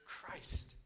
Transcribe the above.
Christ